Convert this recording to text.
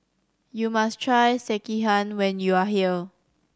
you must try Sekihan when you are here